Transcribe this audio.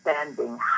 understanding